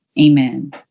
Amen